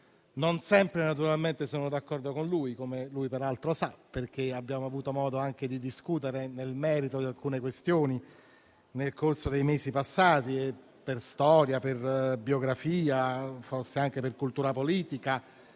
Non sempre sono d'accordo con lui, come egli peraltro sa, perché abbiamo avuto modo di discutere nel merito di alcune questioni nel corso dei mesi passati. Per storia, per biografia, forse anche per cultura politica,